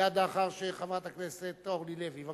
מייד לאחר חברת הכנסת אורלי לוי.